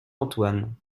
antoine